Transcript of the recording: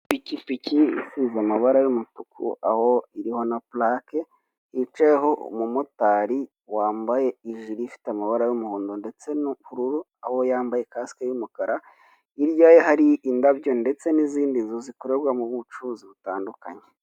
Ipikipiki isize amabara y'umutuku aho iriho na purake yicayeho umumotari wambaye ijiri ifite amabara y'umuhondo ndetse n'ubururu, aho yambaye casike y'umukara, hirya ye hari indabyo ndetse n'izindi nzu zikorerwamo ubucuruzi butandukanye.